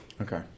Okay